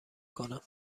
کنم